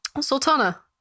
Sultana